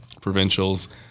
provincials